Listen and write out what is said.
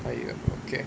!aiyo! okay